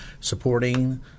supporting